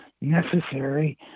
necessary